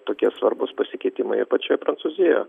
tokie svarbūs pasikeitimai ir pačioje prancūzijoje